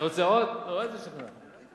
לא, איזה שוכנע.